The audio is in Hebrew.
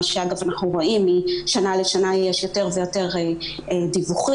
אנחנו רואים שמשנה לשנה יש יותר ויותר דיווחים,